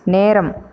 நேரம்